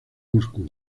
moscú